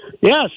Yes